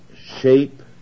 shape